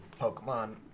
Pokemon